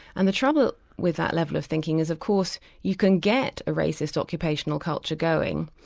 and the trouble with that level of thinking is of course you can get a racist occupational culture going,